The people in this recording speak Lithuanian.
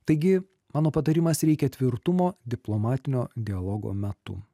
taigi mano patarimas reikia tvirtumo diplomatinio dialogo metu